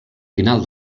final